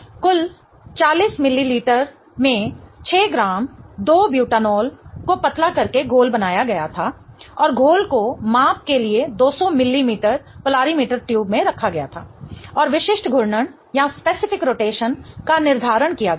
कुल 40 मिलीलीटर में 6 gram 2 butanol को पतला करके घोल बनाया गया था और घोल को माप के लिए 200 मिमी पोलारिमीटर ट्यूब में रखा गया था और विशिष्ट घूर्णन रोटेशन का निर्धारण किया गया था